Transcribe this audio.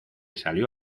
salió